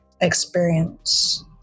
experience